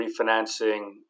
refinancing